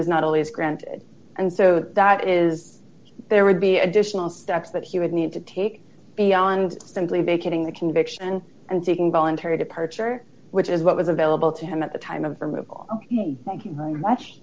is not always granted and so that is there would be additional steps that he would need to take beyond simply vacating the conviction and seeking voluntary departure which is what was available to him at the time of removal thank you very much